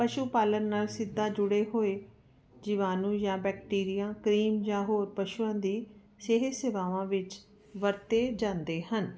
ਪਸ਼ੂ ਪਾਲਣ ਨਾਲ ਸਿੱਧਾ ਜੁੜੇ ਹੋਏ ਜੀਵਾਨੂ ਜਾਂ ਬੈਕਟੀਰੀਆ ਕਈ ਜਾਂ ਹੋਰ ਪਸ਼ੂਆਂ ਦੀ ਸਿਹਤ ਸੇਵਾਵਾਂ ਵਿੱਚ ਵਰਤੇ ਜਾਂਦੇ ਹਨ